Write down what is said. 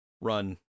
run